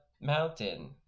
mountain